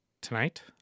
tonight